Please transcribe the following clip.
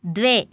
द्वे